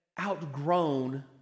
outgrown